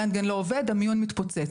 הרנטגן לא עובד המיון מתפוצץ.